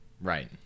Right